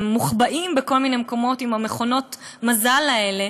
הם מוחבאים בכל מיני מקומות עם מכונות המזל האלה,